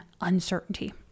uncertainty